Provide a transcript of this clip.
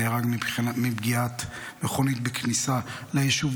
נהרג מפגיעת מכונית בכניסה ליישוב.